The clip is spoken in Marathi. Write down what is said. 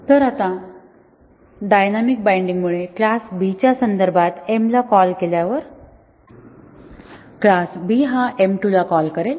तर आता डायनॅमिक बाइंडिंगमुळे क्लास B च्या संदर्भात m ला कॉल केल्यावर क्लास B हा m2 ला कॉल करेल